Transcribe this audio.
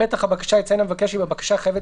בפתח הבקשה יציין המבקש אם הבקשה חייבת